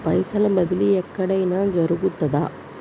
పైసల బదిలీ ఎక్కడయిన జరుగుతదా?